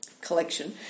collection